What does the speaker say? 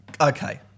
Okay